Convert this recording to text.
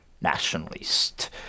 nationalist